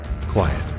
quiet